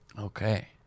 Okay